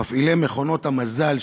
ומפעילי מכונות המזל,